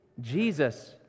Jesus